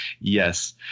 yes